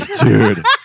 Dude